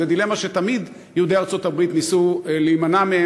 זו דילמה שתמיד יהודי ארצות-הברית ניסו להימנע ממנה,